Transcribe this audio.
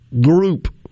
group